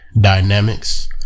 dynamics